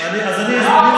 אני אסביר.